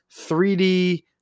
3D